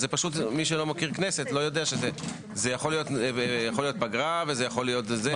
מי שלא מכיר כנסת זה יכול להיות פגרה ויכול להיות זה.